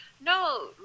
No